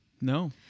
No